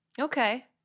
Okay